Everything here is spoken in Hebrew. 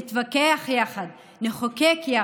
נתווכח יחד, נחוקק יחד,